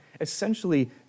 essentially